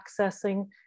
accessing